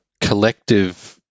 collective